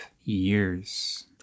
years